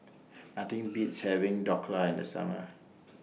Nothing Beats having Dhokla in The Summer